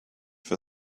for